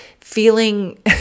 feeling